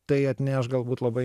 tai atneš galbūt labai